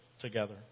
together